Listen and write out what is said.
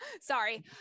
Sorry